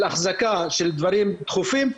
של אחזקה של דברים דחופים,